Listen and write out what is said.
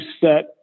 set